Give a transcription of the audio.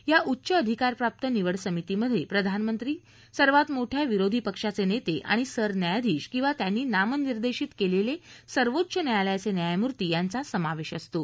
या उच्च अधिकार प्राप्त निवड समितीमध्ये प्रधानमंत्री सर्वात मोठ्या विरोधी पक्षाचे नेते आणि सरन्यायाधीश किंवा त्यांनी नामनिर्देशीत केलेल्या सर्वोच्च न्यायालयाचे न्यायमुर्ती यांचा समावेश असतो